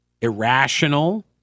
irrational